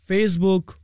Facebook